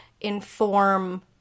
inform